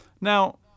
Now